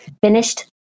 finished